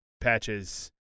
Patches